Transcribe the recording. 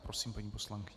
Prosím, paní poslankyně.